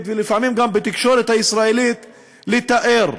ולפעמים גם בתקשורת הישראלית לתאר.